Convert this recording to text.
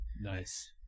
Nice